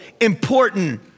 important